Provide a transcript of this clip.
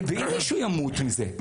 ואם מישהו ימות מזה?